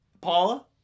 paula